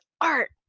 art